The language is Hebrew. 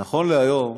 נכון להיום,